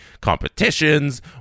competitions